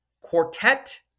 quartet